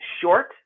short